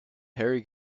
harry